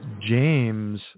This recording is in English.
James